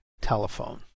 telephone